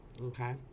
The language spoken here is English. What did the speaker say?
okay